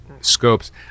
scopes